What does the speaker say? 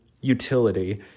utility